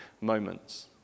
moments